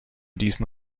diesen